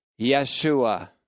Yeshua